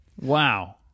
wow